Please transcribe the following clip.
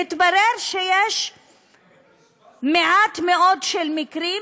והתברר שיש מעט מאוד מקרים